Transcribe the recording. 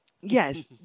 Yes